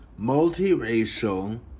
multiracial